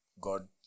God